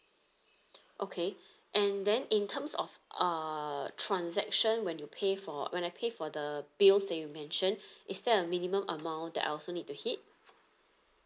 okay and then in terms of uh transaction when you pay for when I pay for the bills that you mentioned is there a minimum amount that I also need to hit